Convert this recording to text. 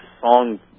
song